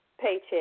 paycheck